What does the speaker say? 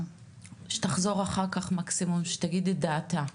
שתחזור אחר כך מקסימום ותגיד את דעתה,